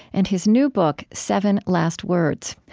and his new book, seven last words.